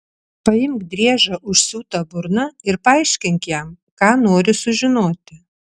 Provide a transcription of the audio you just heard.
paimk driežą užsiūta burna ir paaiškink jam ką nori sužinoti